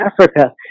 Africa